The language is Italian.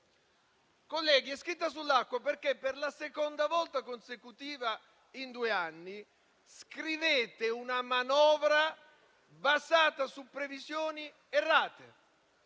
perché è scritta sull'acqua. Colleghi, per la seconda volta consecutiva in due anni scrivete una manovra basata su previsioni errate.